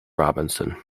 robinson